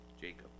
Jacob